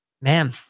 man